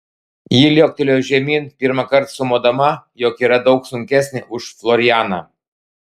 ji liuoktelėjo žemyn pirmąkart sumodama jog yra daug sunkesnė už florianą